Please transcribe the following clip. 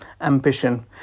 ambition